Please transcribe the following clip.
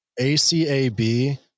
ACAB